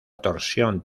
torsión